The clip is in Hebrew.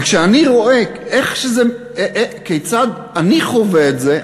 וכשאני רואה כיצד אני חווה את זה,